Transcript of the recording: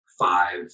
five